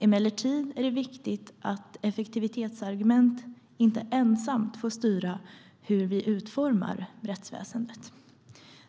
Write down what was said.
Emellertid är det viktigt att effektivitetsargumentet inte ensamt får styra hur vi utformar rättsväsendet.